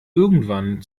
irgendwann